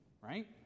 right